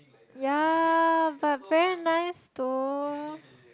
ya but very nice though